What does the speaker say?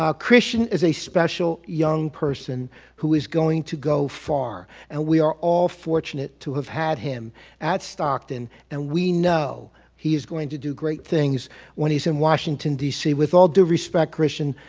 cristian is a special young person who is going to go far and we are all fortunate to have had him at stockton and we know he is going to do great things when he's in washington d c. with all due respect cristian,